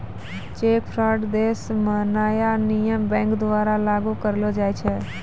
cheque fraud देश म नया नियम बैंक द्वारा लागू करलो जाय छै